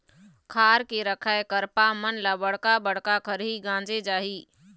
खार के रखाए करपा मन ल बड़का बड़का खरही गांजे जाही